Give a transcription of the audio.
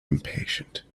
impatient